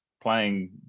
playing